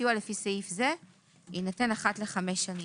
סיוע לפי סעיף זה יינתן אחת לחמש שנים.